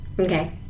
Okay